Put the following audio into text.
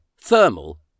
thermal